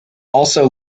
also